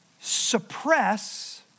suppress